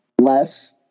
less